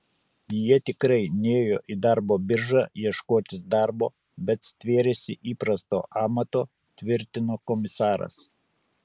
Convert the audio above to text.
jie tikrai nėjo į darbo biržą ieškotis darbo bet stvėrėsi įprasto amato tvirtino komisaras